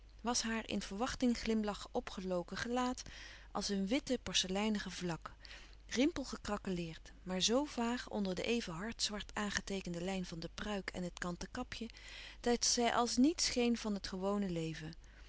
was haar in verwachtingglimlach opgeloken gelaat als een witte porceleinige louis couperus van oude menschen de dingen die voorbij gaan vlak rimpelgecraqueleerd maar z vaag onder de even hardzwart aangeteekende lijn van de pruik en het kanten kapje dat zij als niet scheen van het gewone leven